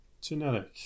Genetic